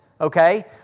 Okay